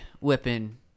weapon